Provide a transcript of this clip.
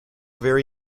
very